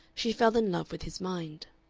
she fell in love with his mind.